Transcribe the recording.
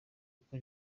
uko